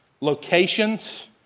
locations